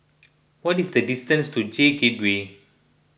what is the distance to J Gateway